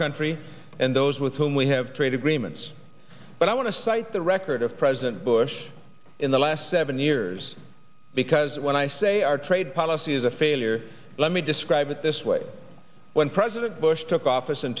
country and those with whom we have trade agreements but i want to cite the record of president bush in the last seven years because when i say our trade policy is a failure let me describe it this way when president bush took office in